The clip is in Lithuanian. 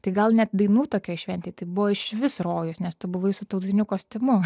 tai gal net dainų tokioj šventėj tai buvo išvis rojus nes tu buvai su tautiniu kostiumu